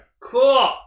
Cool